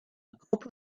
group